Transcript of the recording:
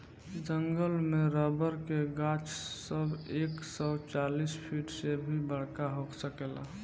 जंगल में रबर के गाछ सब एक सौ चालीस फिट से भी बड़का हो सकेला